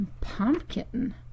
pumpkin